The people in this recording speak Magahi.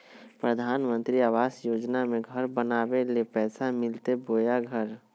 प्रधानमंत्री आवास योजना में घर बनावे ले पैसा मिलते बोया घर?